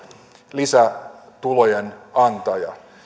lisätulojen antaja